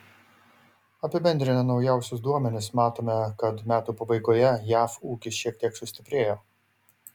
apibendrinę naujausius duomenis matome kad metų pabaigoje jav ūkis šiek tiek sustiprėjo